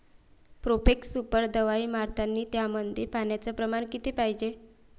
Profex Super दवाई मारतानी त्यामंदी पान्याचं प्रमाण किती पायजे?